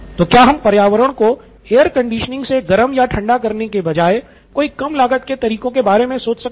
तो क्या हम पर्यावरण को एयर कंडीशनिंग से गर्म या ठंडा करने के बजाय कोई कम लागत के तरीकों के बारे में सोच सकते हैं